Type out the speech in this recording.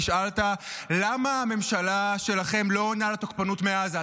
נשאלת למה הממשלה שלכם לא עונה לתוקפנות מעזה.